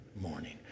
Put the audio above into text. morning